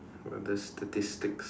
what other statistics